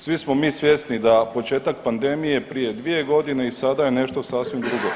Svi smo mi svjesni da početak pandemije prije dvije godine i sada je nešto sasvim drugo.